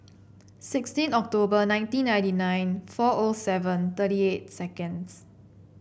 sixteen October nineteen ninety nine four O seven thirty eight seconds